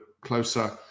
closer